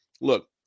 Look